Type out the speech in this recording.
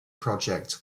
project